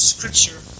Scripture